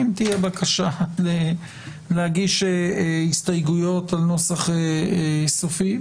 אם תהיה בקשה להגיש הסתייגויות על נוסח סופי,